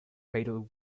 fatal